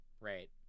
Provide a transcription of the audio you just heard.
right